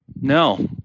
No